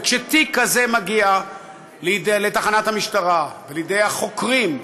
וכשתיק כזה מגיע לתחנת המשטרה, ולידי החוקרים,